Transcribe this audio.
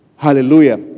Hallelujah